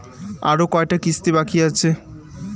আরো কয়টা কিস্তি বাকি আছে?